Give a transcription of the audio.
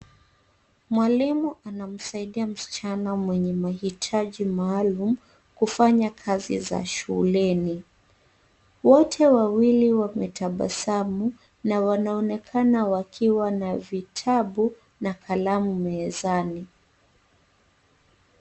Mwalimu anamsaidia msichana mwenye mahitaji maalum kufanya kazi za shuleni. Wote wawili wametabasamu na wanaonekana wakiwa na vitabu na kalamu mezani.